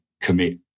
commit